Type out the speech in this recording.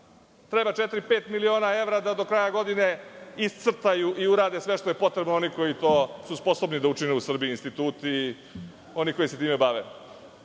pet miliona evra da do kraja godine iscrtaju i urade sve što je potrebno oni koji su sposobni da to urade u Srbiji, instituti, oni koji se time